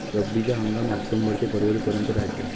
रब्बीचा हंगाम आक्टोबर ते फरवरीपर्यंत रायते